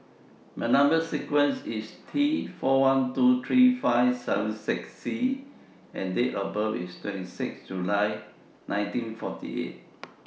Number sequence IS T four one two three five seven six C and Date of birth IS twenty six July nineteen forty eight